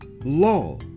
law